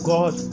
God